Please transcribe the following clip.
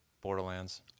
Borderlands